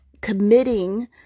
committing